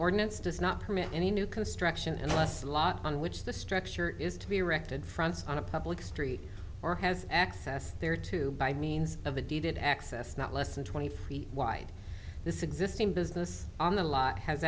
ordinance does not permit any new construction unless the lot on which the structure is to be erected fronts on a public street or has access there to by means of a deed access not less than twenty feet wide this existing business on the